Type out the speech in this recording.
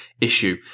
issue